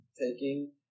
taking